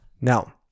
Now